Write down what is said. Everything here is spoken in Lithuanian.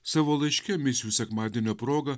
savo laiške misijų sekmadienio proga